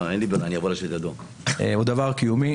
דבר שני,